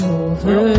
over